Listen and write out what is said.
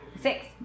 Six